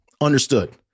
understood